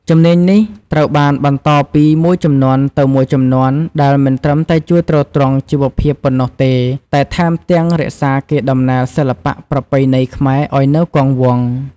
ជំនាញនេះត្រូវបានបន្តពីមួយជំនាន់ទៅមួយជំនាន់ ដែលមិនត្រឹមតែជួយទ្រទ្រង់ជីវភាពប៉ុណ្ណោះទេ តែថែមទាំងរក្សាកេរដំណែលសិល្បៈប្រពៃណីខ្មែរឱ្យនៅគង់វង្ស។